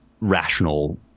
rational